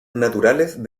naturales